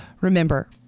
remember